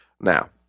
Now